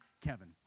Kevin